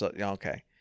Okay